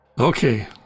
Okay